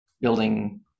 building